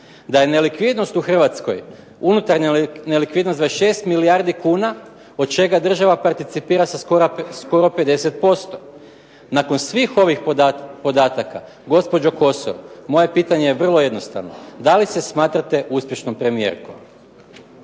Da je nelikvidnost u Hrvatskoj, unutarnja nelikvidnost 26 milijardi kuna od čega država participira sa skoro 50%. Nakon svih ovih podataka gospođo Kosor, moje pitanje je vrlo jednostavno da li se smatrate uspješnom premijerkom?